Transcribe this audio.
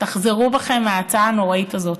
תחזרו בכם מההצעה הנוראית הזאת.